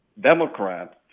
Democrat